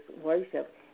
worship